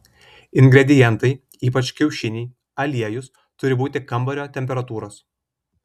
ingredientai ypač kiaušiniai aliejus turi būti kambario temperatūros